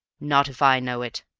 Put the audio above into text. not if i know it!